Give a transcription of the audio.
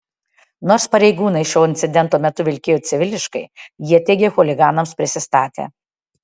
nors pareigūnai šio incidento metu vilkėjo civiliškai jie teigia chuliganams prisistatę